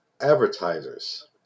advertisers